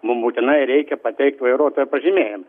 mum būtinai reikia pateikti vairuotojo pažymėjimą